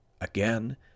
again